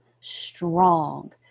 strong